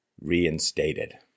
reinstated